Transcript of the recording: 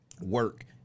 work